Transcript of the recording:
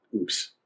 Oops